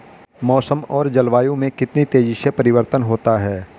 मौसम और जलवायु में कितनी तेजी से परिवर्तन होता है?